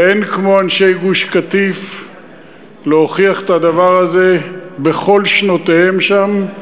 ואין כמו אנשי גוש-קטיף להוכיח את הדבר הזה בכל שנותיהם שם,